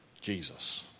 Jesus